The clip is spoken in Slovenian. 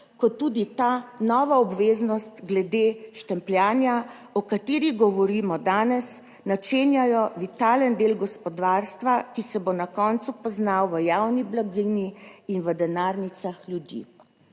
kot tudi ta nova obveznost glede štempljanja o kateri govorimo danes načenjajo vitalen del gospodarstva, ki se bo na koncu poznal v javni blaginji in v denarnicah ljudi.